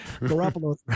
Garoppolo